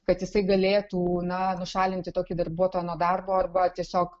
kad jisai galėtų na nušalinti tokį darbuotoją nuo darbo arba tiesiog